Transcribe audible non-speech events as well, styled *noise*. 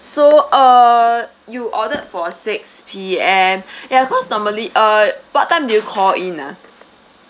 so uh you ordered for six P_M *breath* ya cause normally uh what time did you call in ah